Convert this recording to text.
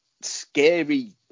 scary